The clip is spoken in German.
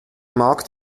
markt